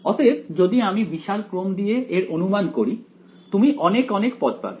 অতএব যদি আমি বিশাল ক্রম দিয়ে এর অনুমান করি তুমি অনেক অনেক পদ পাবে